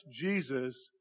Jesus